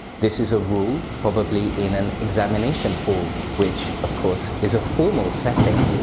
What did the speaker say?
this is a rule probably in an examination hall, which of course is a formal setting.